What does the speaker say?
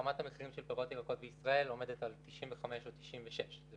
רמת המחירים של פירות וירקות בישראל עומדת על 95 או 96. זה